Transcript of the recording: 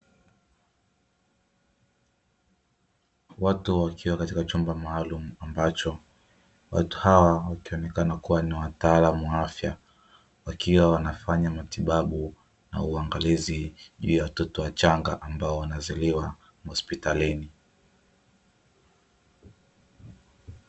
Watu wakiwa katika chumba maalumu ambacho watu hawa wakionekana kuwa ni watu wa afya, wakiwa wanafanya matibabu na uangalizi juu ya watoto wachanga ambao wanazaliwa mahospitalini.